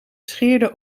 scheerde